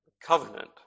covenant